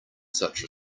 such